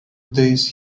days